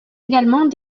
également